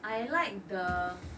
I like the